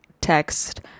text